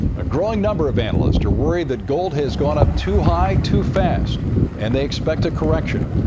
a growing number of analysts are worried that gold has gone up too high, too fast and they expect a correction.